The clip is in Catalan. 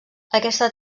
aquesta